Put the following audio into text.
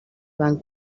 van